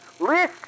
Listen